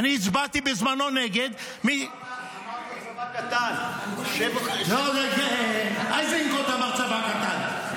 אני הצבעתי בזמנו נגד --- אמרת צבא קטן --- איזנקוט אמר צבא קטן.